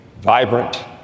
vibrant